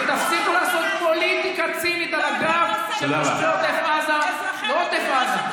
ותפסיקו לעשות פוליטיקה צינית על הגב של תושבי עוטף עזה ועוטף עזה.